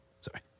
Sorry